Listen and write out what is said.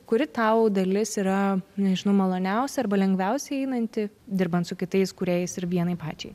kuri tau dalis yra nežinau maloniausia arba lengviausiai einanti dirbant su kitais kūrėjais ir vienai pačiai